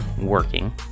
working